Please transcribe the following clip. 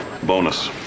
Bonus